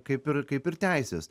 kaip ir kaip ir teisės